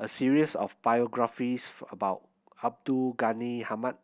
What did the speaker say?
a series of biographies about Abdul Ghani Hamid